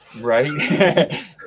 Right